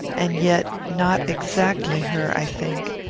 and yet, not exactly her, i think.